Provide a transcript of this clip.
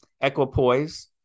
Equipoise